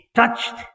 touched